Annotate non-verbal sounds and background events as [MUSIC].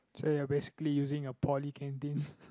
so you're basically using your poly canteen [LAUGHS]